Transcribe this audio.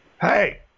Hey